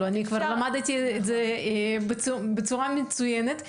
אני כבר למדתי את זה בצורה מצוינת.